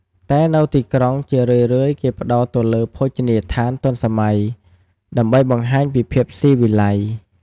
តែនៅទីក្រុងជារឿយៗគេផ្តោតទៅលើភោជនីយដ្ឋានទាន់សម័យ ដើម្បីបង្ហាញពីភាពស៊ីវិល័យ។